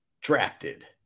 drafted